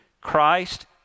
Christ